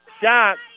shot